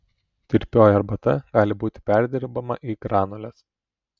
tirpioji arbata gali būti perdirbama į granules